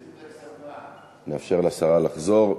נאפשר לשרה לחזור.